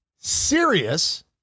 serious